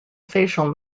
facial